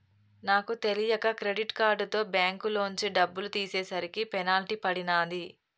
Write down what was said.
నాకు తెలియక క్రెడిట్ కార్డుతో బ్యేంకులోంచి డబ్బులు తీసేసరికి పెనాల్టీ పడినాది